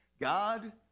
God